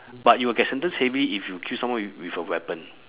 but you will get sentenced heavy if you kill someone with with a weapon